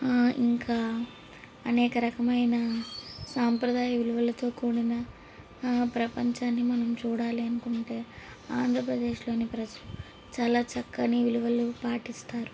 ఆ ఇంకా అనేక రకమైన సాంప్రదాయ విలువలతో కూడిన ప్రపంచాన్ని మనం చూడాలి అనుకుంటే ఆంధ్రప్రదేశ్లోని ప్రసిద్ద చాలా చక్కని విలువలు పాటిస్తారు